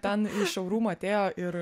ten į šaurumo atėjo ir